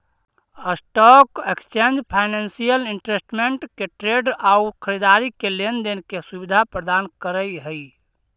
stock exchange financial instrument के traders आउ खरीदार के लेन देन के सुविधा प्रदान करऽ हइ